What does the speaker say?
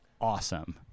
awesome